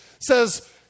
says